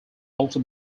also